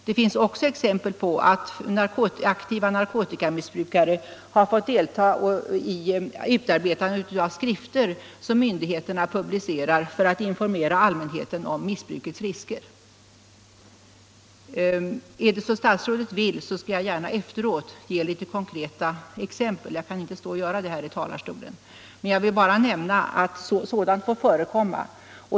Det finns också exempel på att aktiva narkotikamissbrukare har fått delta i utarbetande av skrifter som myndigheterna publicerar för att informera allmänheten om missbrukets risker. Om statsrådet vill, skall jag gärna efteråt ge litet konkreta exempel. Jag kan inte göra det från denna talarstol men vill bara nämna att sådant får förekomma.